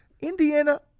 Indiana